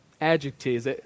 adjectives